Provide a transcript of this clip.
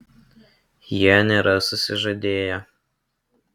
jie nėra susižadėję